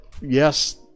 yes